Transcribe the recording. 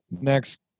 next